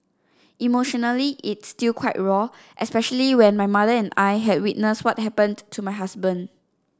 emotionally it's still quite raw especially when my mother and I had witnessed what happened to my husband